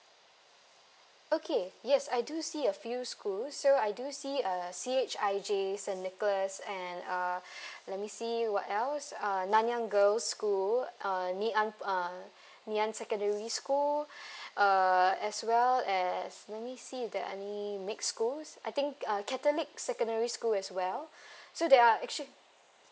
okay yes I do see a few schools so I do see uh C_H_I_J saint nicholas and uh let me see what else uh nanyang girls' school uh ngee an uh ngee an secondary school uh as well as let me see is there any mixed schools I think uh catholic secondary school as well so there are actual~